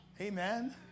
Amen